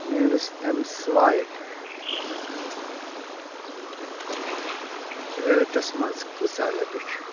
میٛٲنِس M swipe wallets منٛز کۭژاہ رۄپیہِ چھِ